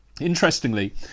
interestingly